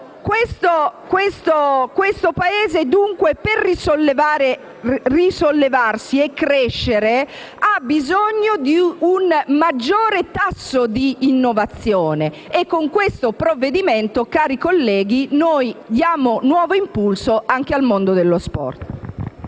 Questo Paese, dunque, per risollevarsi e crescere ha bisogno di un maggiore tasso di innovazione e con questo provvedimento, cari colleghi, noi diamo nuovo impulso anche al mondo dello sport.